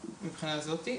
מהבחינה הזאת.